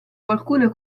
qualcuno